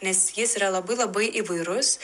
nes jis yra labai labai įvairus